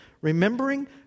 Remembering